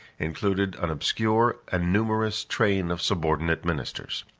included an obscure and numerous train of subordinate ministers.